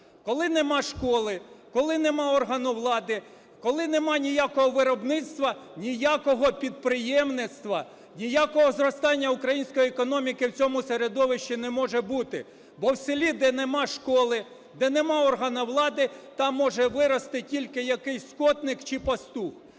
Коли нема школи, коли нема органу влади, коли нема ніякого виробництва – ніякого підприємництва, ніякого зростання української економіки в цьому середовищі не може бути. Бо в селі, де нема школи, де нема органу влади, там може вирости тільки якийсь скотник чи пастух.